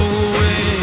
away